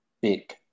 big